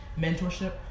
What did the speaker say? mentorship